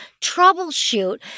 troubleshoot